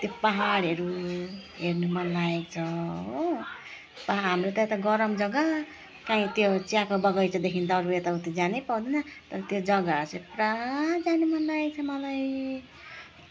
त्यो पाहाडहरू हेर्नु मनलागेको छ हो हाम्रो त यता गरम जग्गा काहीँ त्यो चियाको बगैचादेखि त अरू यताउति जानै पाउँदैन त्यो जग्गाहरू चाहिँ पुरा जानु मनलागेको छ मलाई